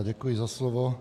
Děkuji za slovo.